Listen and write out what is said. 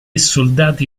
soldati